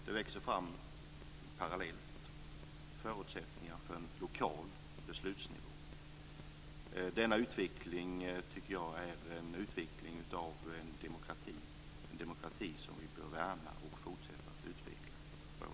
Det växer parallellt fram förutsättningar för en lokal beslutsnivå. Detta tycker jag är en utveckling av demokratin som vi bör värna. Vi bör fortsätta att utveckla det här.